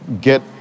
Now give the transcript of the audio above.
get